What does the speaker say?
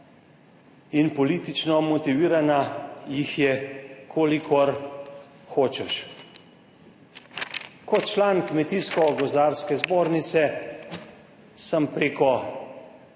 in politično motivirana jih je kolikor hočeš. Kot član Kmetijsko gozdarske zbornice sem preko